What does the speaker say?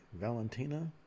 Valentina